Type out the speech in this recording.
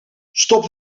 stop